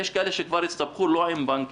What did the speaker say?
יש כאלה שהסתבכו כבר לא עם בנקים.